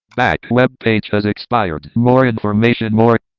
back. web page has expired. more information. more